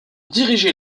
diriger